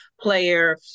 player